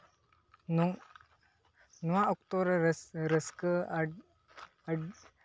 ᱱᱚᱝ ᱱᱚᱣᱟ ᱚᱠᱛᱚ ᱨᱮ ᱨᱟᱹᱥᱠᱟᱹ